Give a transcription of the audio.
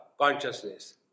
consciousness